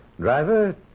Driver